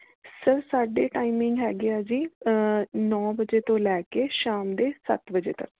sir ਸਾਡੀ timing ਹੈਗੀ ਹੈ ਜੀ ਨੌਂ ਵਜੋ ਤੋਂ ਲੈ ਕੇ ਸ਼ਾਮ ਦੇ ਸੱਤ ਵਜੇ ਤੱਕ